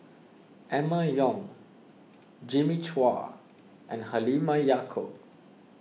Emma Yong Jimmy Chua and Halimah Yacob